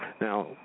Now